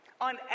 on